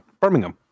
Birmingham